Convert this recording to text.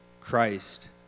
Christ